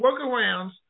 workarounds